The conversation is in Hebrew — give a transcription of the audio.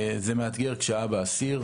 זה מאתגר כשאבא אסיר.